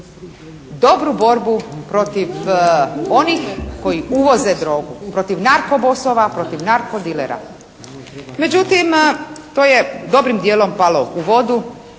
dobru borbu protiv onih koji uvoze drogu, protiv narko bossova, protiv narko dilera. Međutim, to je dobrim dijelom palo u vodu